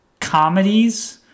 comedies